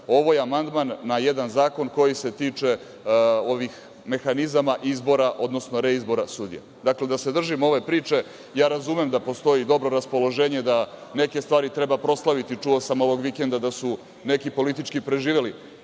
Ovo je amandman na jedan zakon koji se tiče ovih mehanizama izbora, odnosno reizbora sudija. Dakle, da se držimo ove priče. Razumem da postoji dobro raspoloženje da neke stvari treba proslaviti. Čuo sam ovog vikenda da su neki politički preživeli,